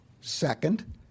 Second